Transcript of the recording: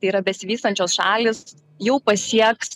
yra besivystančios šalys jau pasieks